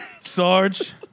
Sarge